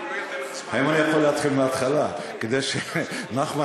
האם אני יכול להתחיל מהתחלה כדי שנחמן,